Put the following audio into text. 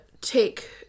take